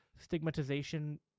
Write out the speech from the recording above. stigmatization